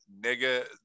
Nega